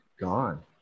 gone